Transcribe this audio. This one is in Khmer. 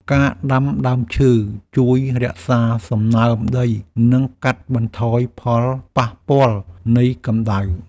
ការដាំដើមឈើជួយរក្សាសំណើមដី និងកាត់បន្ថយផលប៉ះពាល់នៃកំដៅ។